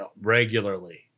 regularly